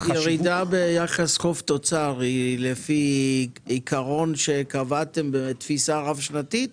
הירידה ביחס חוב-תוצר היא לפי עיקרון שקבעתם בתפיסה רב-שנתית